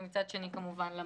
ומצד שני למל"ל.